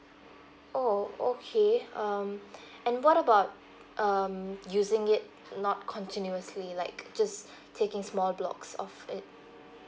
oh okay um and what about um using it not continuously like just taking small blocks of it